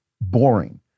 boring